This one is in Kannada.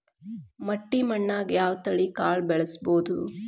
ಮಟ್ಟಿ ಮಣ್ಣಾಗ್, ಯಾವ ತಳಿ ಕಾಳ ಬೆಳ್ಸಬೋದು?